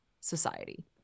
society